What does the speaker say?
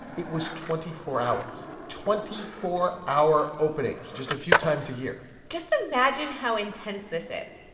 it was twenty four hours twenty four hour openings just a few times a year just imagine how intense this is.